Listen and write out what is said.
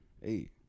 Hey